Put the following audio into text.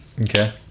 Okay